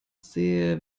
sehr